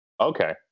Okay